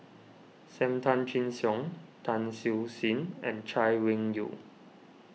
Sam Tan Chin Siong Tan Siew Sin and Chay Weng Yew